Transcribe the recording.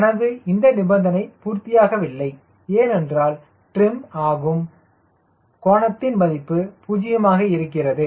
எனது இந்த நிபந்தனை பூர்த்தியாகவில்லை ஏனென்றால் ட்ரிம் ஆகும் கோணத்தின் மதிப்பு 0 மாக இருக்கிறது